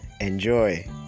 Enjoy